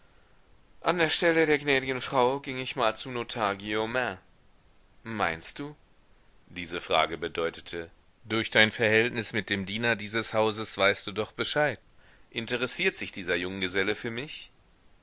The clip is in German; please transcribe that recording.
an der stelle der gnädigen frau ging ich mal zum notar guillaumin meinst du diese frage bedeutete durch dein verhältnis mit dem diener dieses hauses weißt du doch bescheid interessiert sich dieser junggeselle für mich